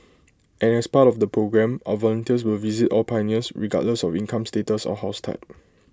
and as part of the programme our volunteers will visit all pioneers regardless of income status or house type